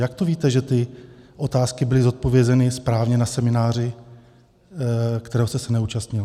Jak to víte, že ty otázky byly zodpovězeny správně na semináři, kterého jste se neúčastnil?